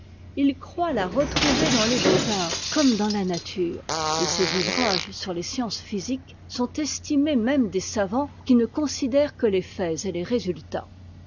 il croit la retrouver dans les beaux-arts comme dans la nature et ses ouvrages sur les sciences physiques sont estimés même des savants qui ne considèrent que les faits et les résultats